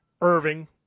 Irving